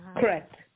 Correct